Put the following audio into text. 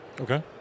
okay